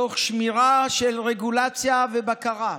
תוך שמירה של רגולציה ובקרה.